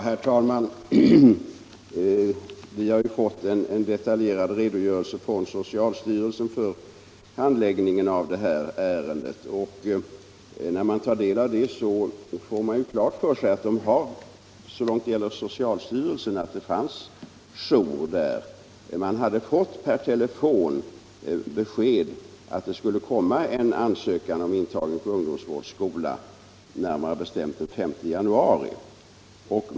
Herr talman! Vi har från socialstyrelsen fått en detaljerad redogörelse för handläggningen av det här ärendet. När man tar del av den får man klart för sig att så långt det gäller socialstyrelsen fanns jour där. Man hade per telefon fått besked om att det skulle komma en ansökan om intagning på ungdomsvårdsskola, närmare bestämt den 5 januari.